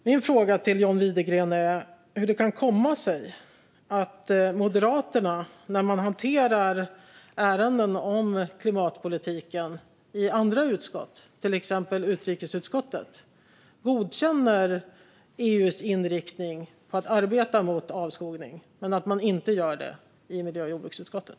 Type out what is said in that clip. Min fråga till John Widegren är: Hur kan det komma sig att Moderaterna godkänner EU:s inriktning att arbeta mot avskogning när ärenden om klimatpolitiken hanteras i andra utskott, till exempel utrikesutskottet, men inte godkänner den i miljö och jordbruksutskottet?